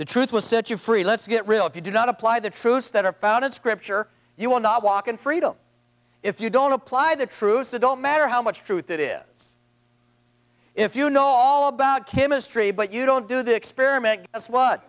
the truth will set you free let's get real if you do not apply the truths that are found in scripture you will not walk in freedom if you don't apply the truth it don't matter how much truth it is if you know all about chemistry but you don't do the experiment that's wh